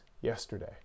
yesterday